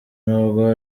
n’ubwo